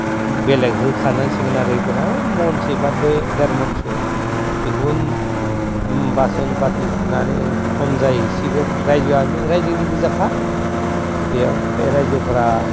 बेलेग होखानांसिगोन आरो ओइदिना मनसे बा देरमनसो बेखोबो बासोन बाथि सुनानै सन जाहैसिगोन रायजोआनो रायजोनिगोजाखा बेयाव बे रायजोफोरा